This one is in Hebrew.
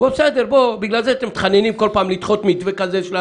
כל החוקים שמועברים בכנסת,